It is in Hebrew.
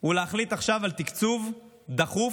הוא להחליט עכשיו על תקציב דחוף